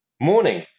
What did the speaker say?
morning